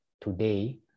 today